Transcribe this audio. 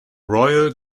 royal